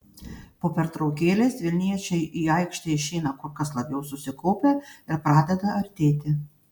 po pertraukėlės vilniečiai į aikštę išeina kur kas labiau susikaupę ir pradeda artėti